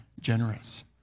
generous